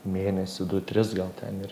mėnesį du tris gal ten ir